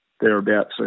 thereabouts